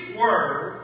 word